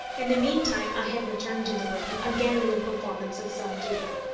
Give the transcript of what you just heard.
in the meantime i had returned to the room, again in the performance of some duty.